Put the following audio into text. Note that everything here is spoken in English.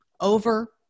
over